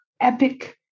epic